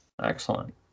Excellent